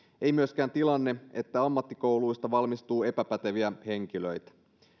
ei myöskään tilanne että ammattikouluista valmistuu epäpäteviä henkilöitä